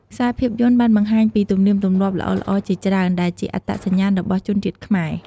ខ្សែភាពយន្តបានបង្ហាញពីទំនៀមទម្លាប់ល្អៗជាច្រើន ដែលជាអត្តសញ្ញាណរបស់ជនជាតិខ្មែរ ។